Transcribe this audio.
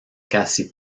casi